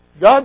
God